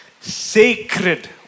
Sacred